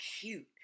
cute